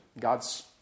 God's